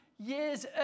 years